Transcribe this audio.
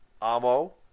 Amo